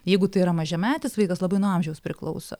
jeigu tai yra mažametis vaikas labai nuo amžiaus priklauso